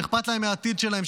שאכפת להם מהעתיד שלהם,